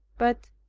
but,